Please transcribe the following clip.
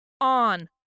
on